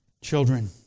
children